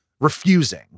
refusing